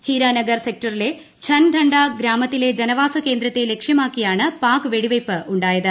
ഹിരാനഗർ സെക്ടറിലെ ഛൻ ടണ്ഠ ഗ്രാമത്തിലെ ജനവാസ കേന്ദ്രത്തെ ലക്ഷ്യമാക്കിയാണ് പാക് വെടിവയ്പ് ഉണ്ടായത്